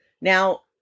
Now